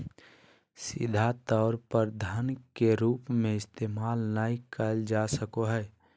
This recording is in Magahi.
सीधा तौर पर धन के रूप में इस्तेमाल नय कइल जा सको हइ